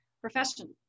profession